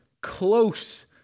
Close